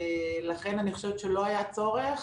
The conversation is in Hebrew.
ולכן אני חושבת שלא היה צורך.